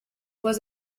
was